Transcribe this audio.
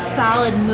solid